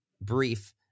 brief